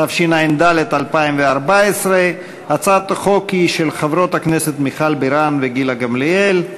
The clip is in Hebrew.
התשע"ד 2014. הצעת החוק היא של חברות הכנסת מיכל בירן וגילה גמליאל.